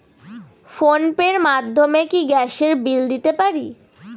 Phone pay র মাধ্যমে কি গ্যাসের বিল দিতে পারি?